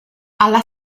alla